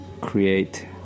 create